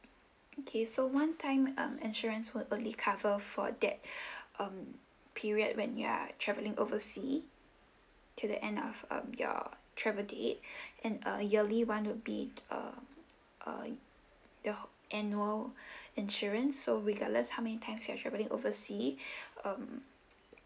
okay so one time um insurance would only cover for that um period when you are travelling oversea til the end of um your travel date and a yearly one would be uh uh the annual insurance so regardless how many times you are travelling oversea um